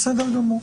בסדר גמור,